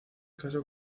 caso